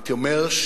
הייתי אומר,